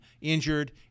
injured